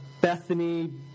Bethany